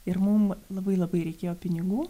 ir mum labai labai reikėjo pinigų